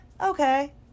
okay